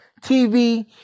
tv